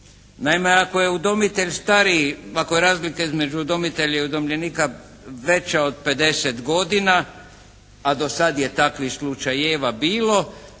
Naime ako je udomitelj stariji, ako je razlika između udomitelja i udomljenika veća od 50 godina, a dosad je takvih slučajeva bilo